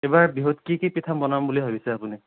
এইবাৰ বিহুত কি কি পিঠা বনাম বুলি ভাবিছে আপুনি